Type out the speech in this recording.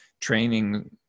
training